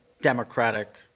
Democratic